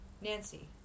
Nancy